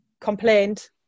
complained